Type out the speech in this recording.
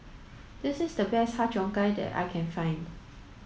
this is the best Har Cheong Gai that I can find